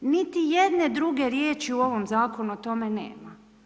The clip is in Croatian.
Niti jedne druge riječi u ovom zakonu o tome nema.